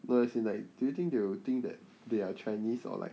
no as in like do you think they will think that they are chinese or like